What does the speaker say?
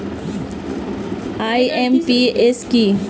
IMPS কি?